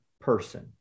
person